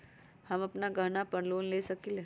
हम अपन गहना पर लोन ले सकील?